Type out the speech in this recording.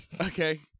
Okay